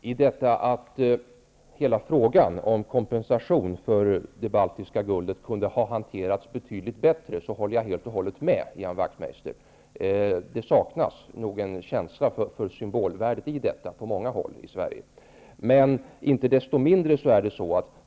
Fru talman! Jag håller helt och hållet med Ian Wachtmeister om att hela frågan om kompensation för det baltiska guldet kunde ha hanterats betydligt bättre. Det saknas nog på många håll i Sverige en känsla för symbolvärdet i detta.